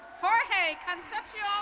farhang. conception.